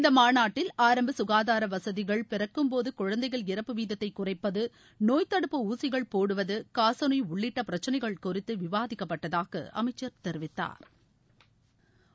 இந்த மாநாட்டில் ஆரம்ப ககாதார வசதிகள் பிறக்கும்போது குழந்தைகள் இறப்பு வீதத்தை குறைப்பது நோய் தடுப்பு ஊசிகள் போடுவது காச நோய் உள்ளிட்ட பிரச்சினைகள் குறித்து விவாதிக்கப்பட்டதாக அமைச்சர் தெரிவித்தாா்